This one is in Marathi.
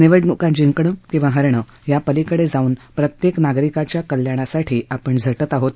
निवडणुका जिंकण किंवा हरण यापलीकडे जाऊन प्रत्येक नागरिकाच्या कल्याणासाठी आपण झाते आहोत